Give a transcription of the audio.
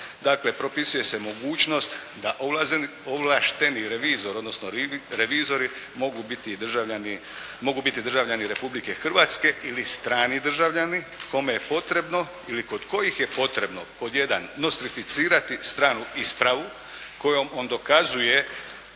Dakle, propisuje se mogućnost da ovlašteni revizor odnosno revizori mogu biti državljani Republike Hrvatske ili strani državljani kome je potrebno ili kod kojih je potrebno pod jedan: nostrificirati stranu ispravu kojom on dokazuje